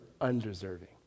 undeserving